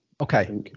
Okay